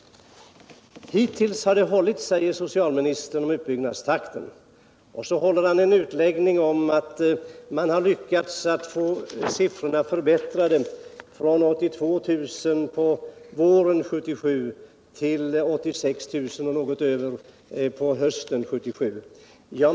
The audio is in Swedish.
Hittills har utbyggnadstakten hållit, säger söcialministern. Och så håller han en utläggning om att man har lyckats förbättra siffrorna från 82 000 på våren 1977 till 86 000 och något över på hösten 1977.